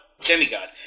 Demigod